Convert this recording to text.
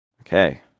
Okay